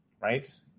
right